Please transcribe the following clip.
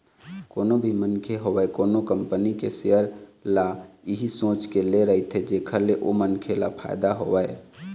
कोनो भी मनखे होवय कोनो कंपनी के सेयर ल इही सोच के ले रहिथे जेखर ले ओ मनखे ल फायदा होवय